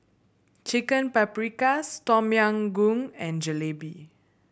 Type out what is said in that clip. Chicken Paprikas Tom Yam Goong and Jalebi